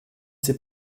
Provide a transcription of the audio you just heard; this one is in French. sais